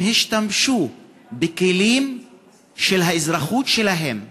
הם השתמשו בכלים של האזרחות שלהם,